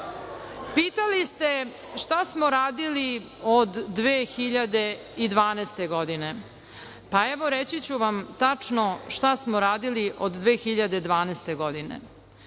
ste šta smo radili od 2012. godine? Pa, evo, reći ću vam tačno šta smo radili od 2012. godine,